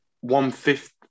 one-fifth